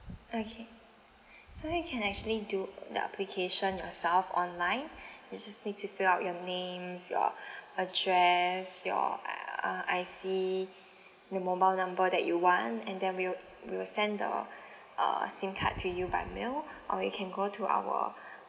okay so you can actually do the application yourself online you just need to fill up your names your address your I~ uh I_C your mobile number that you want and then we'll we will send the uh SIM card to you by mail or you can go to our